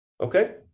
Okay